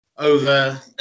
Over